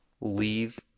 leave